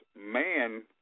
man